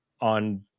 on